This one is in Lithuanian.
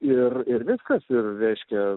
ir ir viskas ir reiškia